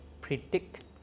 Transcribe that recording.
predict